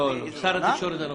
לא, שר התקשורת הנוכחי.